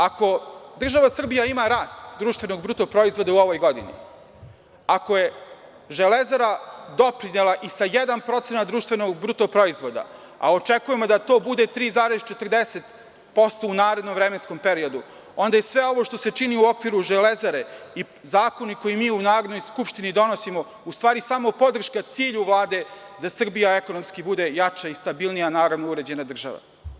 Ako država Srbija ima rast BDP-a u ovoj godini, ako je „Železara“ doprinela i sa 1% BDP-a, a očekujemo da to bude 3,40% u narednom vremenskom periodu, onda je sve ovo što se čini u okviru „Železare“ i zakoni koje mi u Narodnoj skupštini donosimo u stvari su samo podrška cilju Vlade da Srbija bude ekonomski jača i stabilnija, naravno, uređenja država.